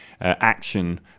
action